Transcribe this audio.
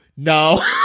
No